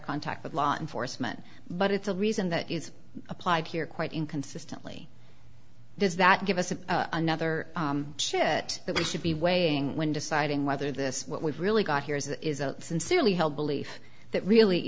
contact with law enforcement but it's a reason that is applied here quite inconsistently does that give us a another shit that we should be weighing when deciding whether this what we've really got here is this is a sincerely held belief that really